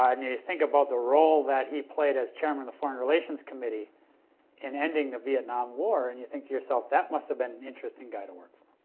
um and you think about the role that he played as chairman of the foreign relations committee in ending the vietnam war and think to yourself that must have been an interesting guy to work for.